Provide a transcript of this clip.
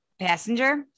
passenger